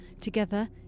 Together